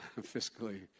fiscally